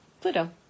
Pluto